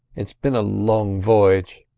it's been a long voyage,